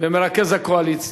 ומרכז הקואליציה,